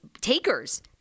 takers